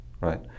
right